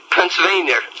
Pennsylvania